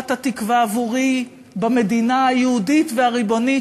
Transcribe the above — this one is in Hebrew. שירת "התקווה" עבורי במדינה היהודית והריבונית,